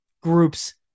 groups